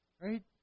Right